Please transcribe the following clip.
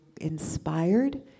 inspired